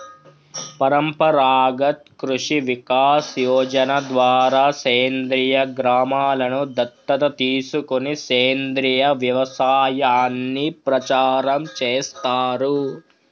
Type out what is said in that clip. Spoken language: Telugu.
పరంపరాగత్ కృషి వికాస్ యోజన ద్వారా సేంద్రీయ గ్రామలను దత్తత తీసుకొని సేంద్రీయ వ్యవసాయాన్ని ప్రచారం చేస్తారు